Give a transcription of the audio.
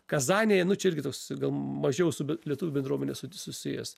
kazanėje nu čia irgi tos gal mažiau su ben sulietuvių bendruomene susijęs